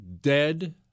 dead